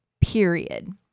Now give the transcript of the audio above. Period